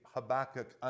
Habakkuk